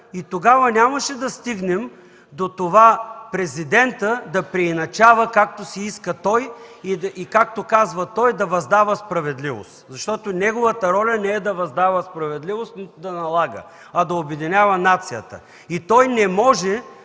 Тогава нямаше да стигнем до това президентът да преиначава, както си иска и както казва той – да въздава справедливост. Защото неговата роля не е да въздава справедливост, нито да налага, а да обединява нацията. Колеги от